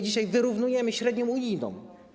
Dzisiaj wyrównujemy średnią unijną.